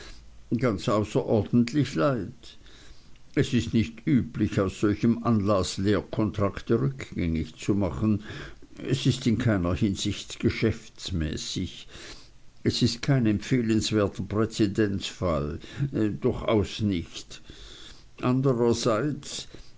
ganz außerordentlich leid es ist nicht üblich aus solchem anlaß lehrkontrakte rückgängig zu machen es ist in keiner hinsicht geschäftsmäßig es ist kein empfehlenswerter präzedenzfall durchaus nicht andererseits